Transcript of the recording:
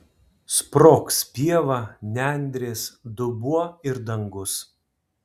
sprogs pieva nendrės dubuo ir dangus